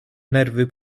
nerwy